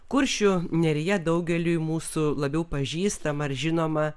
kuršių nerija daugeliui mūsų labiau pažįstama ir žinoma